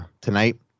tonight